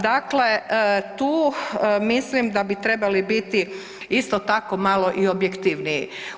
Dakle, tu mislim da bi trebali biti isto tako malo i objektivniji.